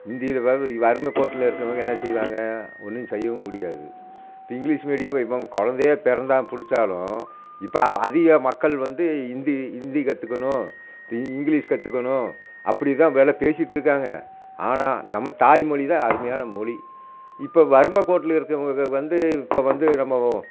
வறுமை கோட்டடில் இருக்கிறவங்க என்ன செய்வாங்க ஒன்றும் செய்யவும் முடியாது இப்போ இங்கிலீஷ் மீடியம் குழந்தையே பிறந்தாலும் பிடிச்சாலும் இப்போ அதிக மக்கள் வந்து ஹிந்தி ஹிந்தி கற்றுக்கணும் இங்கிலீஷ் கற்றுக்கணும் அப்படி தான் வெளில பேசிட்டுருக்காங்க ஆனால் நம்ம தாய் மொழி தான் அருமையான மொழி இப்போ வறுமை கோட்டில் இருக்கிறவங்களுக்கு வந்து இப்போ வந்து நம்ம